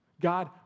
God